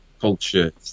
Culture